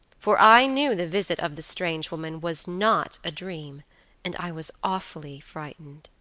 for i knew the visit of the strange woman was not a dream and i was awfully frightened.